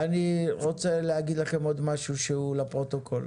אני רוצה להגיד לכם עוד משהו שהוא לפרוטוקול.